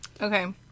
Okay